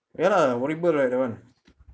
ya lah horrible right that one